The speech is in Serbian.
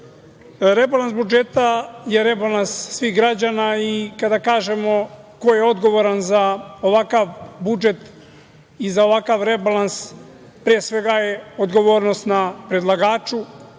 budžeta je rebalans svih građana i kada kažemo ko je odgovoran za ovakav budžet i za ovakav rebalans, pre svega je odgovornost na predlagaču